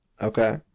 okay